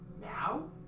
Now